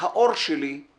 האור שלי /